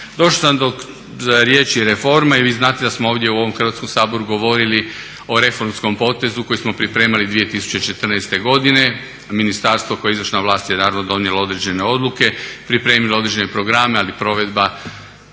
Došao sam do, za riječi reforme i vi znate da smo ovdje u ovom Hrvatskom saboru govorili o reformskom potezu koji smo pripremali 2014. godine. Ministarstvo koje je izvršna vlast je naravno donijelo određene odluke, pripremilo određene programe, ali provedba